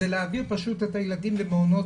זה להעביר פשוט את הילדים למעונות